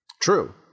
True